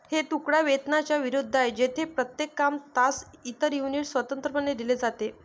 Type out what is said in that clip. हे तुकडा वेतनाच्या विरुद्ध आहे, जेथे प्रत्येक काम, तास, इतर युनिट स्वतंत्रपणे दिले जाते